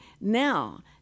now